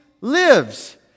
lives